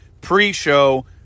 pre-show